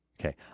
Okay